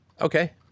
Okay